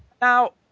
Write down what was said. Now